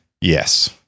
Yes